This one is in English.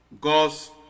God's